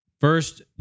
first